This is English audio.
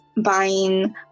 buying